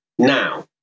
Now